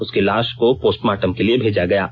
उसकी लाश को पोस्टमार्टम के लिए भेजा गया है